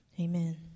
amen